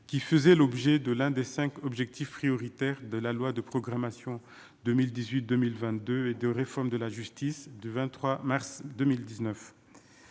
qui faisait l'objet de l'un des 5 objectifs prioritaires de la loi de programmation 2018, 2 1000 22 et de réforme de la justice, du 23 mars 2019,